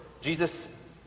Jesus